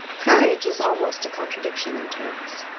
courage is almost a contradiction in terms.